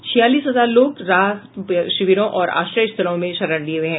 छियालीस हजार लोग राहत शिविरों और आश्रय स्थलों में शरण लिये हुए हैं